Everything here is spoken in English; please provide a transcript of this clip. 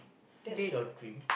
that's your dream